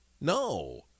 No